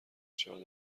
شود